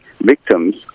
victims